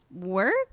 work